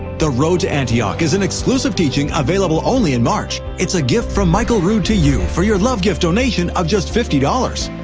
the road to antioch is an exclusive teaching available only in march. it's a gift from michael rood to you for your love gift donation of just fifty dollars.